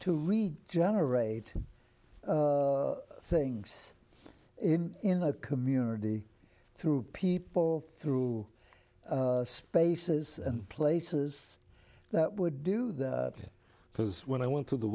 to read generate things in in a community through people through spaces and places that would do that because when i went to the